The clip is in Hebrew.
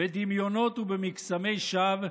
בדמיונות ובמקסמי שווא,